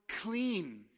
clean